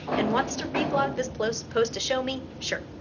and wants to reblog this plost post to show me, sure.